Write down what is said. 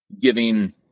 giving